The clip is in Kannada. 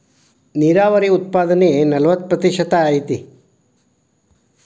ನೇರಾವರಿ ಉತ್ಪಾದನೆ ನಲವತ್ತ ಪ್ರತಿಶತಾ ಐತಿ